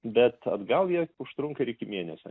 bet atgal jie užtrunka ir iki mėnesio